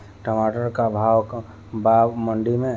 टमाटर का भाव बा मंडी मे?